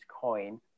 coin